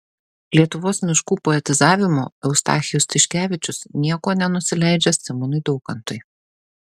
lietuvos miškų poetizavimu eustachijus tiškevičius niekuo nenusileidžia simonui daukantui